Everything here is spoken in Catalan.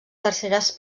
terceres